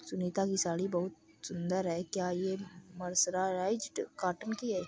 सुनीता की साड़ी बहुत सुंदर है, क्या ये मर्सराइज्ड कॉटन की है?